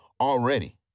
already